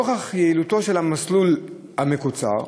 לנוכח יעילותו של המסלול המקוצר,